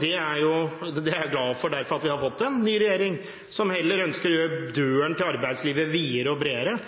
Jeg er derfor glad for at vi har fått en ny regjering som heller ønsker å gjøre døren inn til arbeidslivet videre og bredere